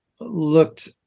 looked